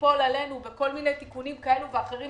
ליפול עלינו בכל מיני תיקונים כאלה ואחרים,